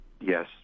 Yes